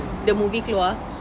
the movie keluar